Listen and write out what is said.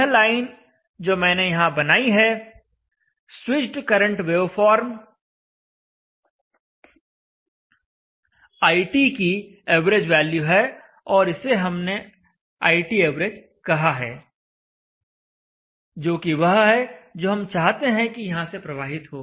यह लाइन जो मैंने यहां बनाई है स्विच्ड करंट iT वेवफार्म की एवरेज वैल्यू है और इसे हमने iTav कहा है जो कि वह है जो हम चाहते हैं कि यहां से प्रवाहित हो